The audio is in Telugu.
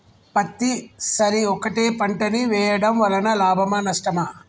పత్తి సరి ఒకటే పంట ని వేయడం వలన లాభమా నష్టమా?